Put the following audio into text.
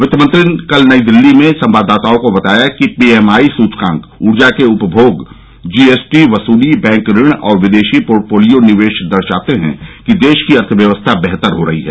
वित्तमंत्री ने कल नई दिल्ली में संवाददाताओं को बताया कि पीएमआई सुचकांक ऊर्जा के उपमोग जीएसटी वसुली बैंक ऋण और विदेशी पोर्टपोलियों निवेश दर्शाते हैं कि देश की अर्थव्यवस्था बेहतर हो रही है